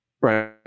Right